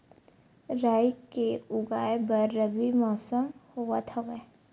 राई के उगाए बर रबी मौसम होवत हवय?